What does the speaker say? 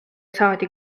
saadi